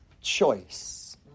choice